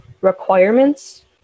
requirements